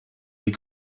des